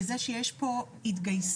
וזה שיש פה התגייסות,